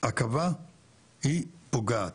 עכבה היא פוגעת.